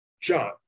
john